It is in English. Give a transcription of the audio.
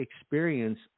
experience